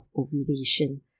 ovulation